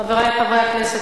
חברי חברי הכנסת,